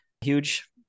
huge